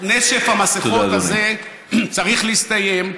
נשף המסכות הזה צריך להסתיים,